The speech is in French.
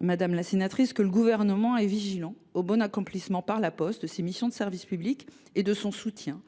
que le Gouvernement est vigilant quant au bon accomplissement par La Poste de ses missions de service public, et que son soutien